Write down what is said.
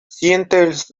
sientes